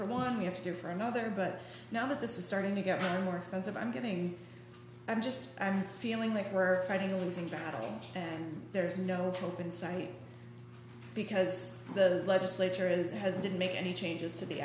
for one we have to do for another but now that this is starting to get more expensive i'm getting i'm just feeling like we're fighting a losing battle and there is no hope in sight because the legislature is and has didn't make any changes to the